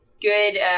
good